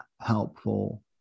helpful